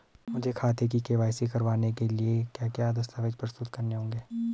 मुझे खाते की के.वाई.सी करवाने के लिए क्या क्या दस्तावेज़ प्रस्तुत करने होंगे?